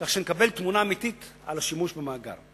כך שנקבל תמונה אמיתית על השימוש במאגר.